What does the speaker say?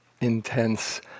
intense